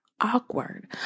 awkward